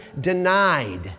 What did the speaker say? denied